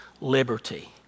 liberty